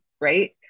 right